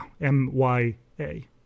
M-Y-A